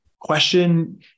question